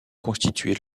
constituer